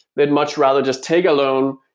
they'd much rather just take a loan,